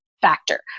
factor